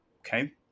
Okay